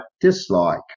dislike